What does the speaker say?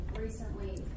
Recently